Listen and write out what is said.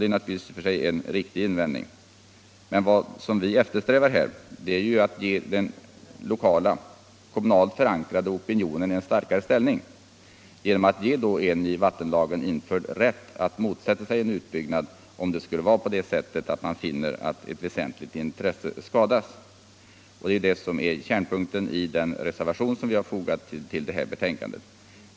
Det är naturligtvis en riktig invändning, men vad vi eftersträvar är att ge den lokala, kommunalt förankrade opinionen en starkare ställning genom en i vattenlagen införd rätt för kommun att motsätta sig en utbyggnad om man finner att ett väsentligt intresse skadas. Det är kärnpunkten i den reservation som vi har fogat vid betänkandet.